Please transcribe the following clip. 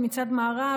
מצד מערב,